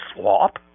swap